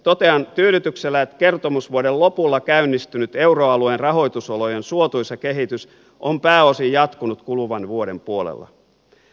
totean tyydytyksellä että kertomusvuoden lopulla käynnistynyt euroalueen rahoitusolojen suotuisa kehitys on pääosin jatkunut kuluvan vuoden puolella